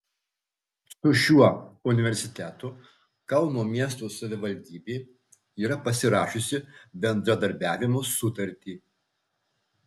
su šiuo universitetu kauno miesto savivaldybė yra pasirašiusi bendradarbiavimo sutartį